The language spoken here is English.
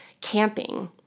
camping